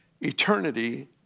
Eternity